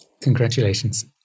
Congratulations